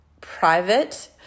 private